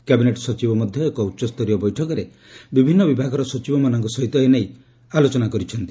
cabinet ସଚିବ ମଧ୍ୟ ଏକ ଉଚ୍ଚସ୍ତରୀୟ ବୈଠକରେ ବିଭିନ୍ନ ବିଭାଗର ସଚିବମାନଙ୍କ ସହିତ ଏନେଇ ଆଲୋଚନା କରିଛନ୍ତି